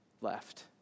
left